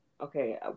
Okay